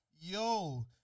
Yo